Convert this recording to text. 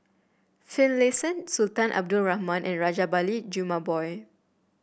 Finlayson Sultan Abdul Rahman and Rajabali Jumabhoy